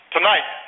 Tonight